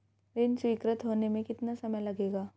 ऋण स्वीकृत होने में कितना समय लगेगा?